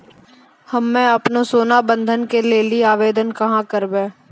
हम्मे आपनौ सोना बंधन के लेली आवेदन कहाँ करवै?